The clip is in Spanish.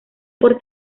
por